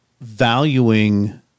valuing